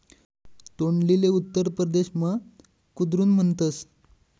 तोंडलीले उत्तर परदेसमा कुद्रुन म्हणतस